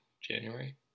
January